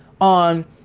on